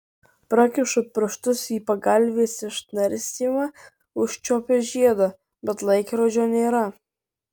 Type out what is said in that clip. prakišu pirštus į pagalvės išnarstymą užčiuopiu žiedą bet laikrodžio nėra